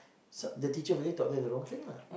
so the teacher really taught them the wrong thing lah